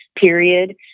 period